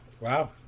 Wow